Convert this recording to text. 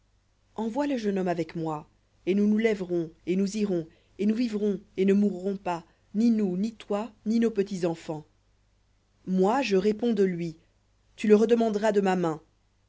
envoie le jeune homme avec moi et nous nous lèverons et nous irons et nous vivrons et ne mourrons pas ni nous ni toi ni nos petits enfants moi je réponds de lui tu le redemanderas de ma main